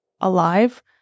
alive